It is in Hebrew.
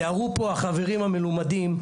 תיארו פה החברים המלומדים,